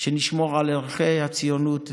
שנשמור על ערכי הציונות והיהדות,